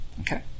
okay